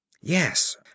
Yes